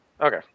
Okay